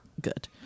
good